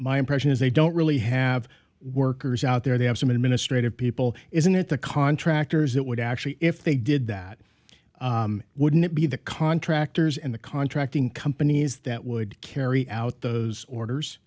my impression is they don't really have workers out there they have some administrative people isn't it the contractors that would actually if they did that wouldn't it be the contractors and the contracting companies that would carry out those orders